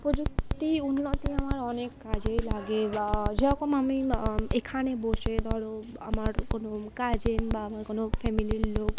প্রযুক্তি উন্নতি আমার অনেক কাজেই লাগে বা যেরকম আমি এখানে বসে ধরো আমার কোনো গার্জেন বা আমার কোনো ফ্যামিলির লোক